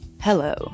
Hello